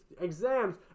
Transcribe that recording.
exams